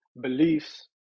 beliefs